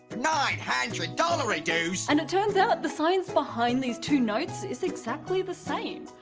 nine hundred dollarydoos! and it turns out the science behind these two notes is exactly the same.